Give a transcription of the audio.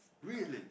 really